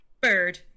Bird